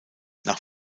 nach